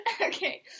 Okay